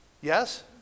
Yes